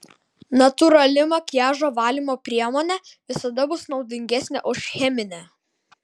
natūrali makiažo valymo priemonė visada bus naudingesnė už cheminę